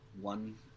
one